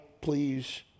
please